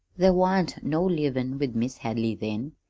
there wan't no livin' with mis' hadley then,